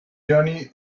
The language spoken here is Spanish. johnny